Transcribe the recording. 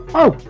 oh,